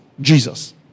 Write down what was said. Jesus